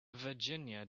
virginia